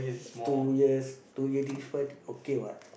two years two years different okay [what]